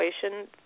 situation